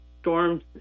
storms